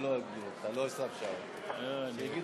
או מריבית והפרשי הצמדה מאת תאגיד